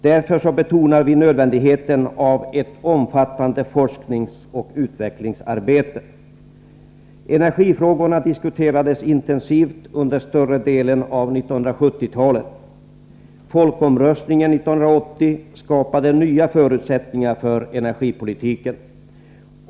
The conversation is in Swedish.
Därför betonar vi nödvändigheten av ett omfattande forskningsoch utvecklingsarbete. Energifrågorna diskuterades intensivt under större delen av 1970-talet. Folkomröstningen 1980 skapade nya förutsättningar för energipolitiken.